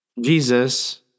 Jesus